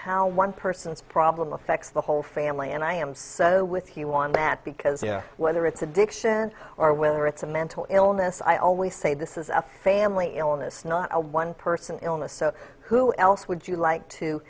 how one person's problem affects the whole family and i am so with you want bad because you know whether it's addiction or whether it's a mental illness i always say this is a family illness not a one person illness so who else would you like to